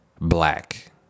black